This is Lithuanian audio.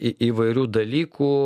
įvairių dalykų